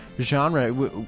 genre